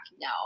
No